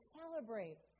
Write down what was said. celebrate